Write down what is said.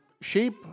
sheep